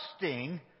trusting